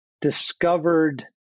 discovered